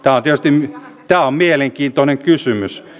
tämä on mielenkiintoinen kysymys